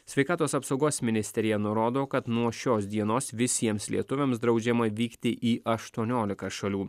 sveikatos apsaugos ministerija nurodo kad nuo šios dienos visiems lietuviams draudžiama vykti į aštuoniolika šalių